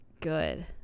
Good